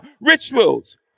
rituals